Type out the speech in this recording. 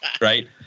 right